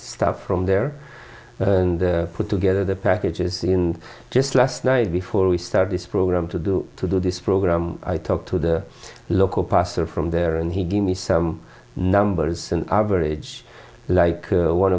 stuff from there put together the packages in just last night before we start this program to do to do this program i talked to the local pastor from there and he gave me some numbers an average like